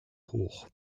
hoch